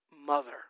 mother